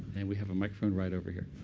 and we have a microphone right over here.